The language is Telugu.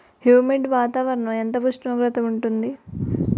హ్యుమిడ్ వాతావరణం ఎంత ఉష్ణోగ్రత ఉంటుంది?